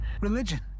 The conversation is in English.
Religion